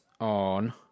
on